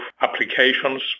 applications